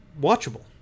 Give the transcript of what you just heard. watchable